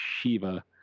shiva